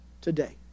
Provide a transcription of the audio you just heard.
today